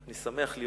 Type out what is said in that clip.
אני שמח להיות